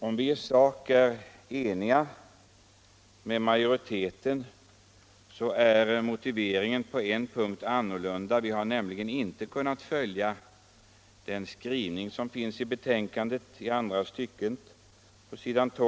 Om vi i sak är eniga med majoriteten, så är motiveringen på en punkt annorlunda. Vi har nämligen inte kunnat ansluta oss till skrivningen på s. 12 andra stycket i betänkandet.